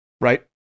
right